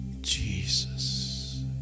Jesus